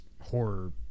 horror